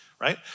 right